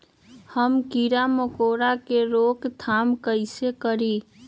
हम किरा मकोरा के रोक थाम कईसे करी?